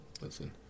listen